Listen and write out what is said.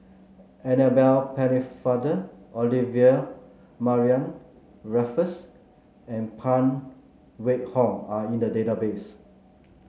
Annabel Pennefather Olivia Mariamne Raffles and Phan Wait Hong are in the database